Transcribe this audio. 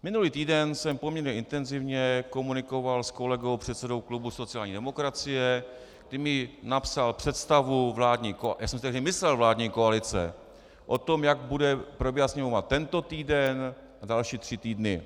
Minulý týden jsem poměrně intenzivně komunikoval s kolegou předsedou klubu sociální demokracie, kdy mi napsal představu vládní koalice já jsem si tehdy myslel vládní koalice o tom, jak bude probíhat sněmovna tento týden a další tři týdny.